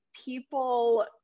people